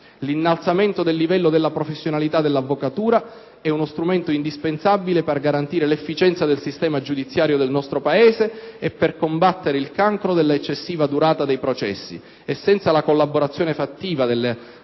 L'innalzamento del livello della professionalità dell'avvocatura è uno strumento indispensabile per garantire l'efficienza del sistema giudiziario del nostro Paese e per combattere il cancro dell'eccessiva durata dei processi; e senza la collaborazione fattiva del ceto